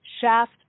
Shaft